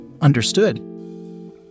Understood